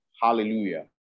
Hallelujah